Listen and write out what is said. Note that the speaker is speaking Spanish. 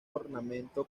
ornamento